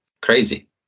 crazy